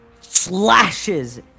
slashes